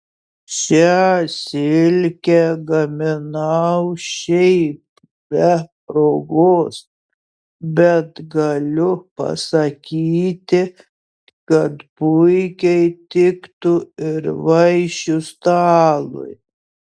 šią silkę gaminau šiaip be progos bet galiu pasakyti kad puikiai tiktų ir vaišių stalui